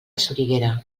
soriguera